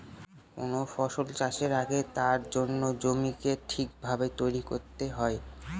কোন ফসল চাষের আগে তার জন্য জমিকে ঠিক ভাবে তৈরী করতে হয়